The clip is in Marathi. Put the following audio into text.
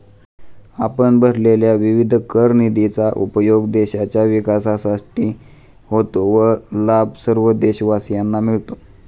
आपण भरलेल्या विविध कर निधीचा उपयोग देशाच्या विकासासाठी होतो व लाभ सर्व देशवासियांना मिळतो